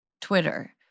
Twitter